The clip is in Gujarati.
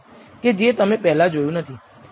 કે જે તમે પહેલાં જોયું નથી